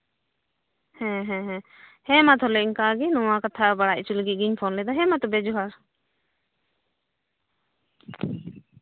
ᱦᱮᱸ ᱦᱮᱸ ᱦᱮᱸ ᱢᱟ ᱛᱟᱞᱦᱮ ᱚᱱᱠᱟ ᱜᱮ ᱱᱚᱣᱟ ᱠᱟᱛᱷᱟ ᱵᱟᱲᱟᱭ ᱦᱚᱪᱚ ᱞᱟᱹᱜᱤᱫ ᱜᱤᱧ ᱯᱷᱳᱱ ᱞᱮᱫᱟ ᱦᱮᱸᱢᱟ ᱛᱟᱞᱦᱮ ᱡᱚᱦᱟᱨ